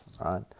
right